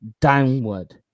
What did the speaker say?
downward